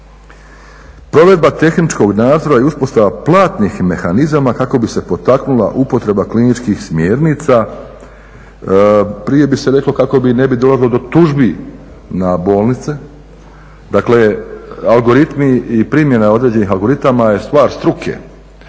Provedba tehničkog nadzora i uspostava platnih mehanizama kako bi se potaknula upotreba kliničkih smjernica. Prije bi se reklo kako ne bi dolazilo do tužbi na bolnice. Dakle, algoritmi i primjena određenih algoritama je stvar struke